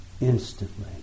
instantly